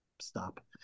stop